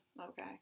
Okay